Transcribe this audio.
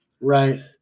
Right